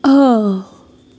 اۭہ